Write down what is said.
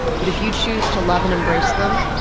but if you chose to love and embrace them,